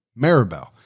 Maribel